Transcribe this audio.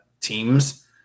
teams